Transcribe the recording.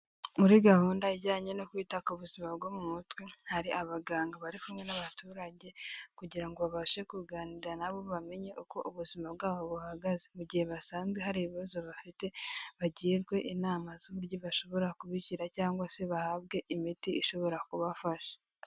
Muri gahunda ijyanye no kwita ku buzima bwo mu mutwe, hari abaganga bari kumwe n'abaturage, kugira ngo babashe kuganira nabo bamenye uko ubuzima bwabo buhagaze. Mu gihe basanze hari ibibazo bafite bagirwe inama z'uburyo bashobora kubigira cyangwa se bahabwe imiti ishobora kubafasha.